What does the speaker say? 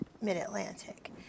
Mid-Atlantic